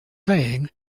saying